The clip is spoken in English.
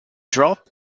drop